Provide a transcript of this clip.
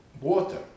water